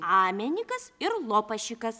amenikas ir lopašekas